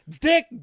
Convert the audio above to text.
Dick